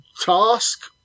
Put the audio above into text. task